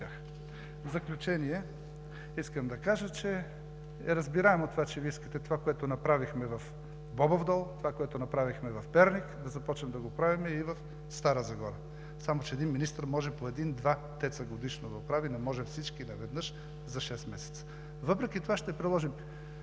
В заключение искам да кажа, че е разбираемо, че Вие искате това, което направихме в Бобов дол, това, което направихме в Перник, да започнем да го правим и в Стара Загора, само че един министър може по един-два ТЕЦ-а годишно да оправи, не може всички наведнъж за шест месеца. Въпреки това ще приложим